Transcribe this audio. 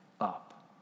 up